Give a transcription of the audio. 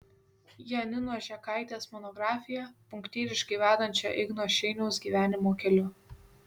janinos žekaitės monografiją punktyriškai vedančią igno šeiniaus gyvenimo keliu